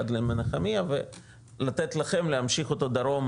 עד למנחמיה ולתת לכם להמשיך אותו דרומה,